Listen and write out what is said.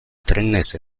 trenez